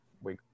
we-